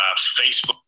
Facebook